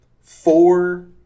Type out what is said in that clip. four